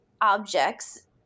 objects